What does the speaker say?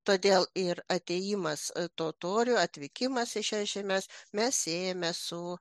todėl ir atėjimas totorių atvykimas į šias žemes mes siejame su